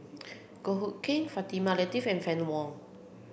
Goh Hood Keng Fatimah Lateef and Fann Wong